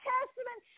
Testament